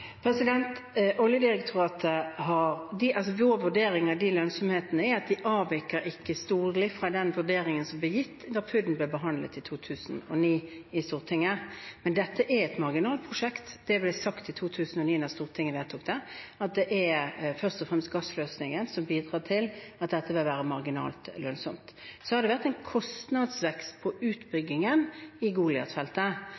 Vår vurdering av lønnsomheten er at den ikke avviker storlig fra den vurderingen som ble gitt da PUD-en ble behandlet i Stortinget i 2009. Men dette er et marginalt prosjekt. Det ble sagt i 2009, da Stortinget vedtok det, at det først og fremst var gassløsningen som ville bidra til at dette ville være marginalt lønnsomt. Så har det vært en kostnadsvekst